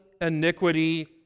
iniquity